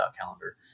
calendar